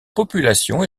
population